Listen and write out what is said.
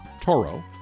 Toro